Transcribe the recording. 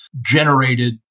generated